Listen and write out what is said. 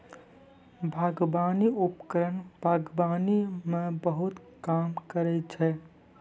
बागबानी उपकरण बागबानी म बहुत काम करै छै?